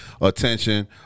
attention